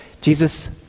jesus